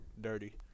dirty